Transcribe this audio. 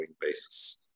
basis